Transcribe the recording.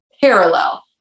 parallel